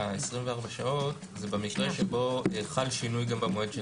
שה-24 שעות זה במקרה שבו חל שינוי גם במועד של